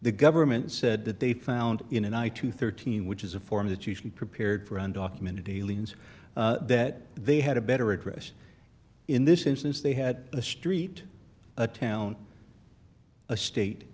the government said that they found in an eye to thirteen which is a form that you should be prepared for undocumented aliens that they had a better address in this instance they had a street a town a state